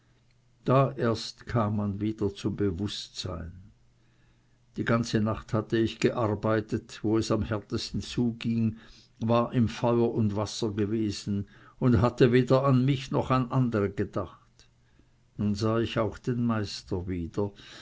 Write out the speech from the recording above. da erst kam man wieder zum bewußtsein die ganze nacht hatte ich gearbeitet wo es am härtesten zuging war im feuer und wasser gewesen und hatte weder an mich noch andere gedacht nun sah ich auch den meister wieder